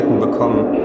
bekommen